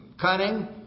cunning